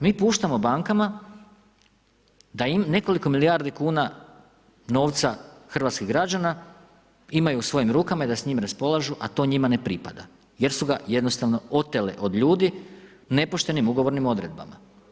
Mi puštamo bankama da nekoliko milijardi kuna novca hrvatskih građana imaju u svojim rukama i da s njim raspolažu a to njima ne pripada jer su ga jednostavno otele od ljudi nepoštenim ugovornim odredbama.